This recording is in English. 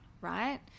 right